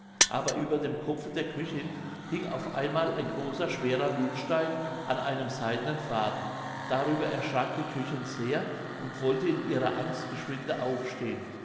aber über dem kopfe der köchin hing auf einmal ein großer schwerer mühlstein an einem seidenen faden darüber erschrak die köchin sehr und wollte in ihrer angst geschwinde aufstehen